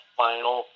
final